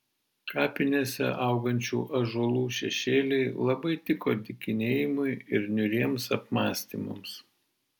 kapinėse augančių ąžuolų šešėliai labai tiko dykinėjimui ir niūriems apmąstymams